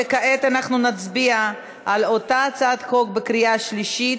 כעת אנחנו נצביע על אותה הצעת חוק בקריאה שלישית.